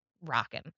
rocking